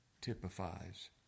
typifies